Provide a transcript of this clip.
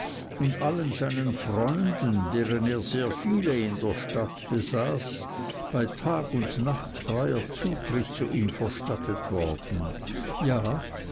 und allen seinen freunden deren er sehr viele in der stadt besaß bei tag und nacht freier zutritt zu ihm verstattet worden ja